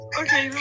okay